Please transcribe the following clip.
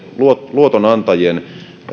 luotonantajien